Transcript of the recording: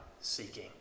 seeking